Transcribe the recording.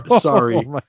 sorry